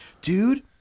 Dude